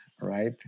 right